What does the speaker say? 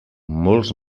molts